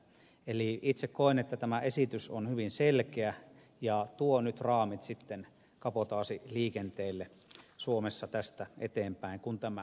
eli itse koen että tämä esitys on hyvin selkeä ja tuo nyt raamit kabotaasiliikenteelle suomessa tästä eteenpäin kun tämä voimaan saadaan